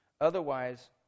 Otherwise